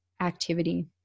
activity